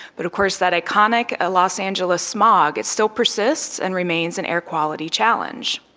but of course that iconic ah los angeles smog still persists and remains an air quality challenge.